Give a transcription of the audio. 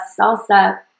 salsa